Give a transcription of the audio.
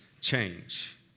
change